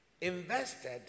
invested